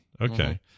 okay